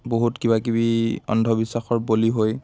বহুত কিবাকিবি অন্ধবিশ্বাসৰ বলি হৈ